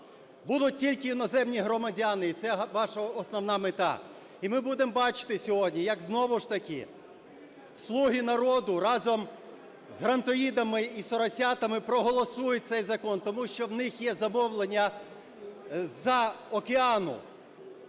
Будуть тільки іноземні громадяни. І це ваша основна мета. І ми будемо бачити сьогодні, як знову ж таки "Слуги народу" разом з "грантоїдами" і "соросятами" проголосують цей закон. Тому що у них є замовлення з-за океану.